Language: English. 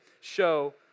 show